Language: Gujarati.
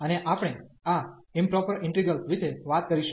અને આપણે આ ઇમપ્રોપર ઇન્ટિગ્રેલ્સ વિશે વાત કરીશું